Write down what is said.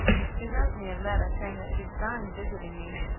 she wrote me a letter, saying that she designed visiting me,